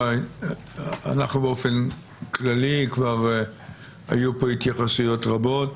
באופן כללי כבר היו פה התייחסויות רבות,